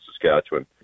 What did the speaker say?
Saskatchewan